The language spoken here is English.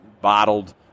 bottled